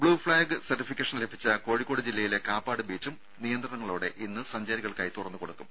blue flag certification ലഭിച്ച കോഴിക്കോട് ജില്ലയിലെ കാപ്പാട് ബീച്ചും നിയന്ത്രണങ്ങളോടെ ഇന്ന് സഞ്ചാരികൾക്കായി തുറന്ന് കൊടുക്കും